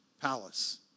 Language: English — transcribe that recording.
palace